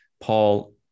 Paul